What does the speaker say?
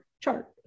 Chart